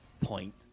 point